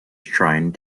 trying